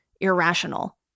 irrational